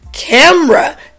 Camera